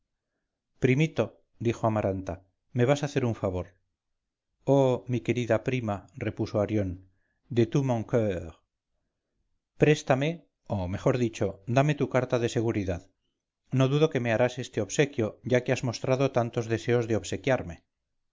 primito dijo amaranta me vas a hacer un favor oh mi querida prima repuso arión de tout mon cur préstame o mejor dicho dame tu carta de seguridad no dudo que me harás este obsequio ya que has mostrado tantos deseos de obsequiarme